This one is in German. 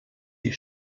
die